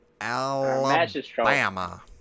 Alabama